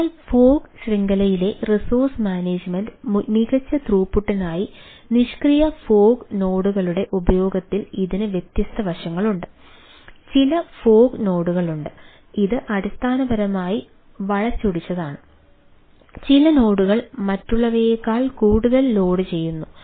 അതിനാൽ ഫോഗ് ആവശ്യമാണ് ഒപ്പം ചിലവും മറ്റും